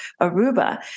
Aruba